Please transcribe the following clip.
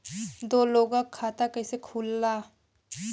दो लोगक खाता कइसे खुल्ला?